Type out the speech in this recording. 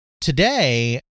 Today